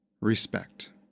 respect